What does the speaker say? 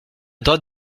droite